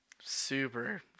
Super